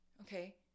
okay